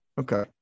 Okay